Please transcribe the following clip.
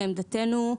לעמדתנו,